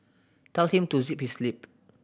tell him to zip his lip